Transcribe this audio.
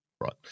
Right